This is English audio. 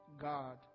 God